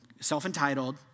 Self-entitled